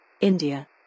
India